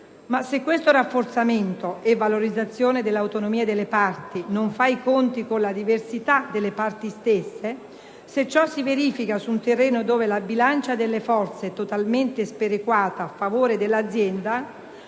se questo rafforzamento e valorizzazione dell'autonomia delle parti non fa i conti con la diversità delle parti stesse, se ciò si verifica su un terreno dove la bilancia delle forze è totalmente sperequata a favore dell'azienda,